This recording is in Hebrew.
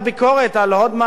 אז אסור לנו להקשיב.